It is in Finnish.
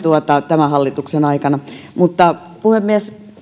tämän hallituksen aikana mutta puhemies